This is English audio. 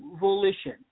volition